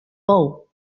pou